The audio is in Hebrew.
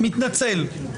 מתנצל.